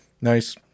Nice